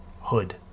hood